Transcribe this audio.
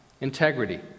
integrity